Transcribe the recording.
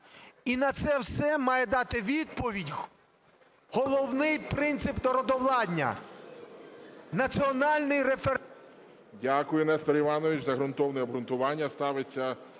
І на це все має дати відповідь головний принцип народовладдя – національний референдум.